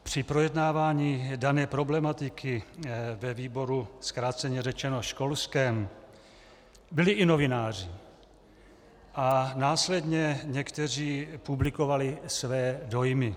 Při projednávaní dané problematiku ve výboru zkráceně řečeno školském byli i novináři a následně někteří publikovali své dojmy.